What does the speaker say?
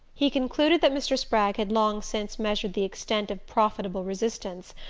he concluded that mr. spragg had long since measured the extent of profitable resistance,